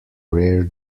rare